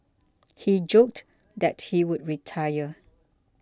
he joked that he would retire